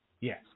Yes